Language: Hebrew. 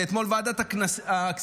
אתמול ועדת הכספים